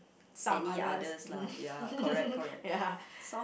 some others ya